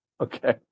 okay